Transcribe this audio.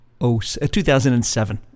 2007